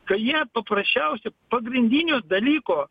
kai jie paprasčiausio pagrindinio dalyko